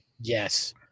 Yes